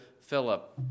Philip